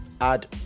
add